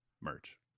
merch